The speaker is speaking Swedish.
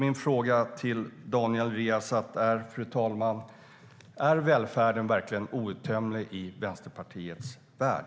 Min fråga till Daniel Riazat är: Är välfärden verkligen outtömlig i Vänsterpartiets värld?